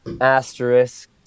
Asterisk